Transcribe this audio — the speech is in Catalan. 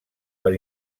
per